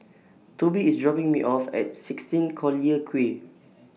Tobi IS dropping Me off At sixteen Collyer Quay